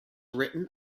written